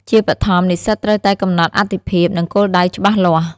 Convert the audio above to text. ជាបឋម និស្សិតត្រូវតែកំណត់អាទិភាព និងគោលដៅច្បាស់លាស់។